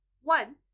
One